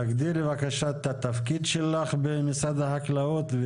תגדירי בקשה את התפקיד שלך במשרד החקלאות.